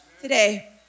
Today